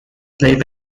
played